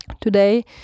Today